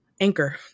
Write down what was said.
Anchor